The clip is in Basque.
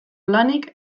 lanik